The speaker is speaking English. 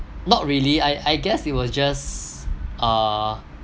not really I I guess it was just uh